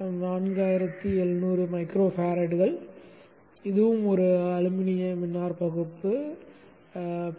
4700 micro ஃபாரட்கள் இதுவும் ஒரு அலுமினிய மின்னாற்பகுப்பு ஆகும்